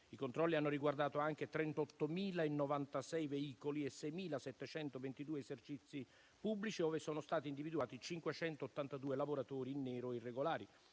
I controlli hanno riguardato anche 38.096 veicoli e 6.722 esercizi pubblici, dove sono stati individuati 582 lavoratori in nero e irregolari.